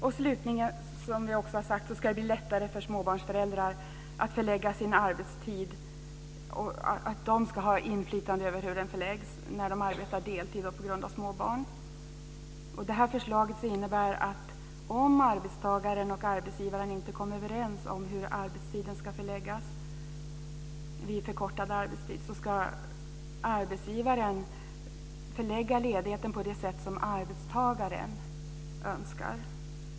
Slutligen ska det, som jag tidigare sagt, bli lättare för småbarnsföräldrar att ha inflytande över hur arbetstiden förläggs när de arbetar deltid på grund av små barn. Förslaget innebär att om arbetstagaren och arbetsgivaren inte kommer överens om hur arbetstiden ska förläggas vid förkortad arbetstid ska arbetsgivaren förlägga ledigheten på det sätt som arbetstagaren önskar.